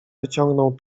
wyciągnął